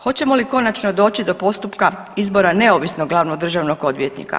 Hoćemo li konačno doći do postupka izbora neovisnog glavnog državnog odvjetnika?